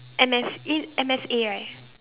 M S in M_S_A right